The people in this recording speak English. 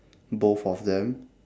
both of them